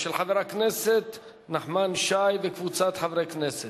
של חבר הכנסת נחמן שי וקבוצת חברי הכנסת.